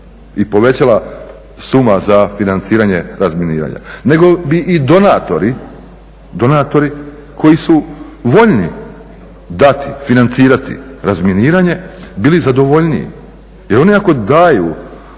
i povećala suma za financiranje razminiranja, nego bi i donatori koji su voljni dati, financirati razminiranje bili zadovoljniji. Jer oni ako daju